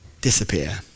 disappear